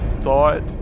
thought